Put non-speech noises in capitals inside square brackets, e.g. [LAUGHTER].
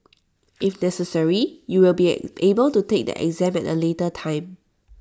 if necessary you will be [HESITATION] able to take the exam at A later time